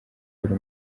buri